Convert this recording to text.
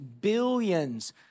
Billions